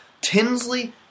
Tinsley